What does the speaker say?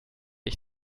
ich